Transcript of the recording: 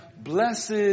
blessed